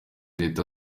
leta